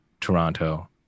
toronto